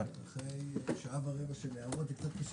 אחרי שעה ורבע של הערות זה קצת קשה